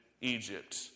Egypt